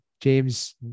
James